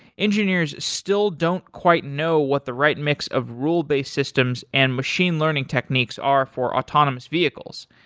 engineers still don't quite know what the right mix of rule-based systems and machine learning techniques are for autonomous vehicles.